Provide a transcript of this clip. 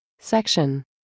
Section